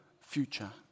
future